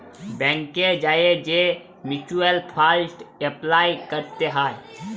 ব্যাংকে যাঁয়ে যে মিউচ্যুয়াল ফাল্ড এপলাই ক্যরতে হ্যয়